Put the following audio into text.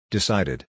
Decided